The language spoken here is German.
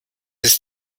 ist